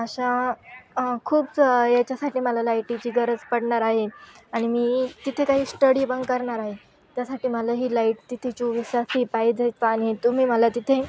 अशा खूप याच्यासाठी मला लाईटीची गरज पडणार आहे आणि मी तिथे काही स्टडी पण करणार आहे त्यासाठी मला ही लाईट तिथे चोवीस तास ही पाहिजेच आणि तुम्ही मला तिथे